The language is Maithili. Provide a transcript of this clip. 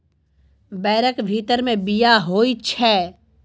बैरक भीतर मे बीया होइ छै